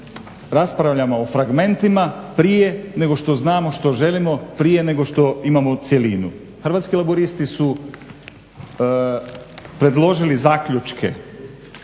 raspravljamo o fragmentima prije nego što znamo što želimo, prije nego što imamo cjelinu. Hrvatski laburisti su predložili zaključke